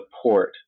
support